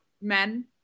Men